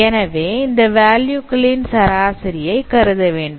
எனவே அந்த வேல்யூ களின் சராசரியை கருத வேண்டும்